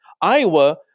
Iowa